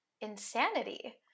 insanity